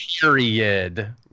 period